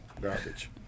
garbage